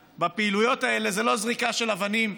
בפעילויות האלה זה לא זריקה של אבנים,